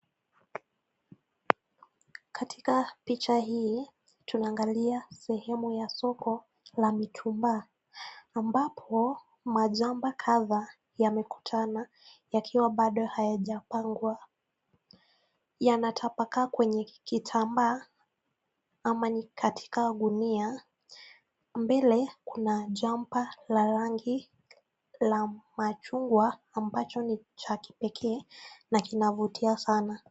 Katika picha hii tunaangalia sehemu ya soko la mitumba ambapo majumper kadhaa yamekutana yakiwa bado hayajapangwa. Yanatapakaa kwenye kitambaa ama ni katika gunia, mbele kuna jumper la rangi la machungwa ambacho ni cha kipekee na kinavutia sana.